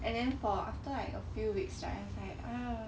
and then for after a few weeks right I was like uh